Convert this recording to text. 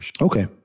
Okay